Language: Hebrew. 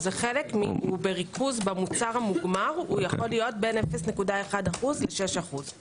בריכוז במוצר המוגמר יכול להיות בין 0.1% ל-6%